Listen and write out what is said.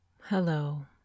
Hello